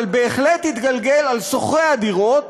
אבל בהחלט יתגלגל על שוכרי הדירות